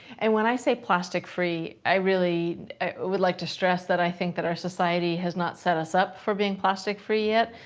and when i say, plastic free, i really would like to stress that i think that our society has not set us up for being plastic free yet.